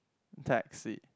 taxi